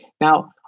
Now